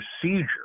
procedure